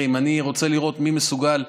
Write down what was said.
גם מעזה, דרך אגב, נכנסים ויוצאים יום-יום.